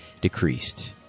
decreased